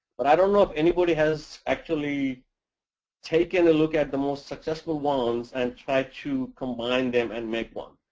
but i don't know if anybody has actually taken look at the most successful ones and tried to combine them and make one.